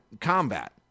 combat